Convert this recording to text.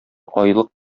айлык